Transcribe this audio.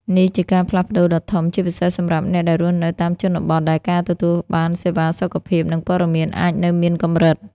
នេះជាការផ្លាស់ប្តូរដ៏ធំ ជាពិសេសសម្រាប់អ្នកដែលរស់នៅតាមជនបទ ដែលការទទួលបានសេវាសុខភាព និងព័ត៌មានអាចនៅមានកម្រិត។